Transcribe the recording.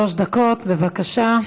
שלוש דקות, בבקשה.